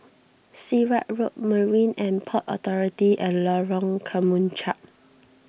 Sirat Road Marine and Port Authority and Lorong Kemunchup